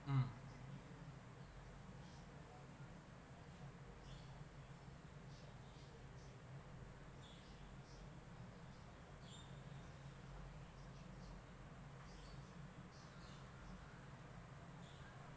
um